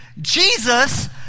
Jesus